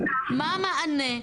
מה המענה,